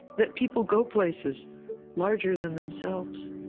that people go places larger than themselves